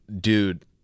dude